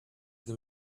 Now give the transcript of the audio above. they